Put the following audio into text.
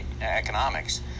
economics